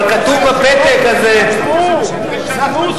אבל כתוב בפתק הזה, היושב-ראש, תשנו,